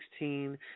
2016